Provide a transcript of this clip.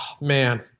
man